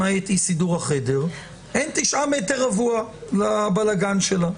למעט אי-סידור החדר, אין 9 מ"ר לבלגן שלה.